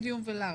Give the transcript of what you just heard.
מדיום ולארג',